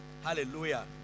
Hallelujah